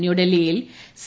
ന്യൂഡൽഹിയിൽ സി